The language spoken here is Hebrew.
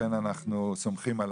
אנחנו סומכים על